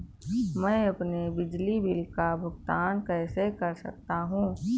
मैं अपने बिजली बिल का भुगतान कैसे कर सकता हूँ?